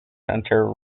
center